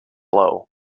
low